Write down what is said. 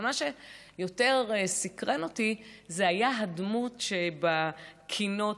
אבל מה שיותר סקרן אותי היה הדמות שבקינות,